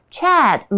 Chad